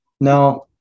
No